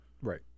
Right